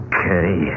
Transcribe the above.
Okay